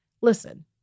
Listen